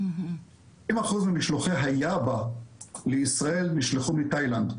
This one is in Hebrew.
--- אחוזים ממשלוחי היאבה לישראל נשלחו מתאילנד,